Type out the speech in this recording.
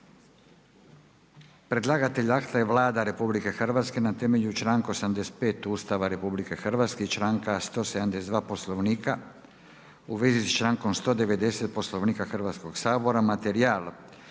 Predlagatelj akta je Vlada Republike Hrvatske na temelju članka 85. Ustava Republike Hrvatske i članka 172. Poslovnika u vezi s člankom 190. Poslovnika Hrvatskog sabora. Materijal